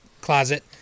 closet